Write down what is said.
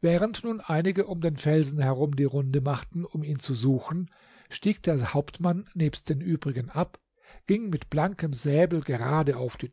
während nun einige um den felsen herum die runde machten um ihn zu suchen stieg der hauptmann nebst den übrigen ab ging mit blankem säbel gerade auf die